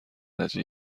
درجه